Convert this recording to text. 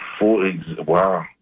Wow